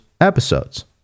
episodes